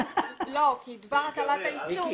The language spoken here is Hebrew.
דבר הטלת העיצום,